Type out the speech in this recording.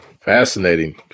Fascinating